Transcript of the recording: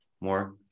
more